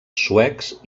suecs